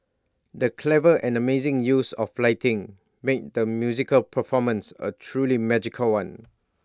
the clever and amazing use of lighting made the musical performance A truly magical one